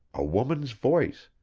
a woman's voice,